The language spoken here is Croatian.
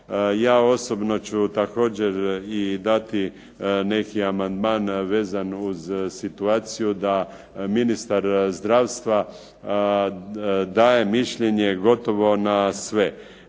Ja osobno ću također i dati neki amandman vezano uz situaciju da ministar zdravstva daje mišljenje gotovo na sve,